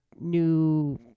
new